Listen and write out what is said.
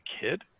kid